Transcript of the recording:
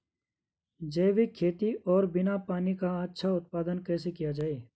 जैविक खेती और बिना पानी का अच्छा उत्पादन कैसे किया जाए?